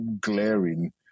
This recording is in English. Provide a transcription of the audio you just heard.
glaring